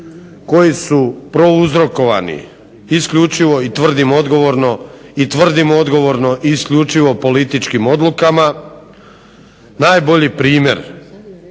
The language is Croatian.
koji su prouzrokovani isključivo i tvrdim odgovorno isključivo političkim odlukama. Najbolji primjer